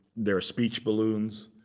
there are speech balloons.